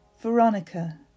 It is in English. Veronica